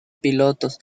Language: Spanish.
pilotos